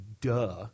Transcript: Duh